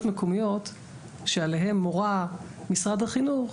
מקומיות שעליהם הורה משרד החינוך,